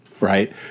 right